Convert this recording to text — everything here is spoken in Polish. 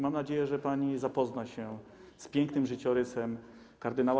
Mam nadzieję, że pani zapozna się z pięknym życiorysem kard.